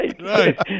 Right